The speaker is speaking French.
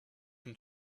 une